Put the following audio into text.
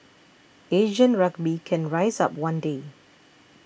Asian rugby can rise up one day